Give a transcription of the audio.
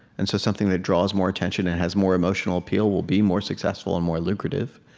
and so something that draws more attention and has more emotional appeal will be more successful and more lucrative.